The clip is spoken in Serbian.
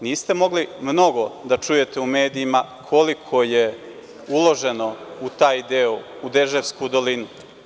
Niste mogli mnogo da čujete u medijima koliko je uloženo u taj deo, u Deževsku dolinu.